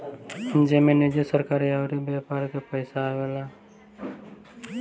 जेमे निजी, सरकारी अउर व्यापार के पइसा आवेला